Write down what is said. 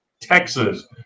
texas